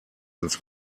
ins